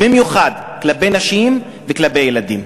ובמיוחד כלפי נשים וכלפי ילדים.